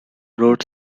road